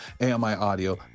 AMI-audio